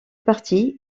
partie